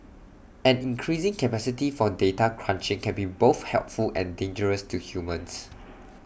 an increasing capacity for data crunching can be both helpful and dangerous to humans